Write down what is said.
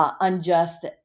Unjust